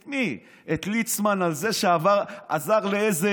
את מי, את ליצמן, על זה שעזר לאיזה